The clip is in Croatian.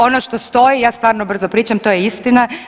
Ono što stoji ja stvarno brzo pričam, to je istina.